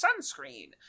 sunscreen